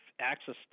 access